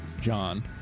john